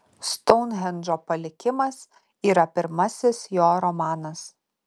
stounhendžo palikimas yra pirmasis jo romanas